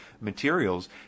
materials